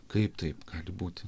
kaip taip gali būti